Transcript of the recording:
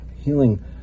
healing